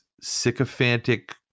sycophantic